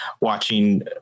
watching